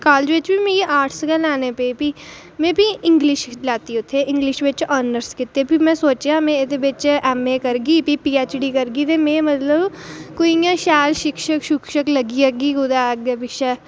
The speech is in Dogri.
कॉलेज़ बिच बी मिगी आर्टस लैने पे भी में भी इंग्लिश लैती उत्थें इंग्लिश बिच आनर्स कीती ते में सोचेआ एह्दे बिच एमए करगी ते भी पीएचडी करगी ते में मतलब कोई इंया शैल शिक्षक लग्गी जाह्गी कुदै अग्गें पिच्छें